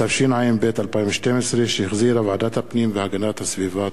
התשע"ב 2012, שהחזירה ועדת הפנים והגנת הסביבה.